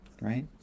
right